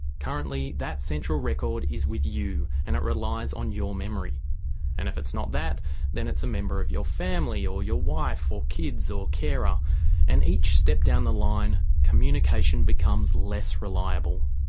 currently that central record is with you and it relies on your memory and if it's not that then it's a member of your family or your wife, or kids, or carer ah and each step down the line communication becomes less reliable.